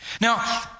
Now